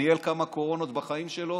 ניהל כמה קורונות בחיים שלו